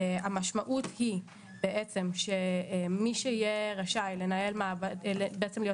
המשמעות היא בעצם שמי שיהיה רשאי בעצם להיות